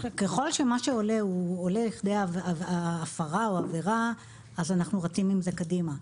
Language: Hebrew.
ככל שמה שעולה הוא עולה לכדי הפרה או עבירה אז אנחנו רצים עם זה קדימה.